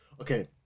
Okay